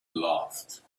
laughed